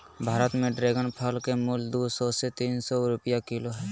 भारत में ड्रेगन फल के मूल्य दू सौ से तीन सौ रुपया किलो हइ